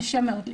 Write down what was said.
קשה מאוד למצוא.